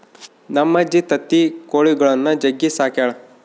ನಮ್ಮಜ್ಜಿ ತತ್ತಿ ಕೊಳಿಗುಳ್ನ ಜಗ್ಗಿ ಸಾಕ್ಯಳ